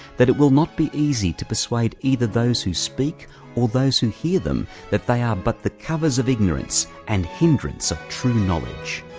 that it will not be easy to persuade either those who speak or those who hear them, that they are but the covers of ignorance and hindrance of true knowledge.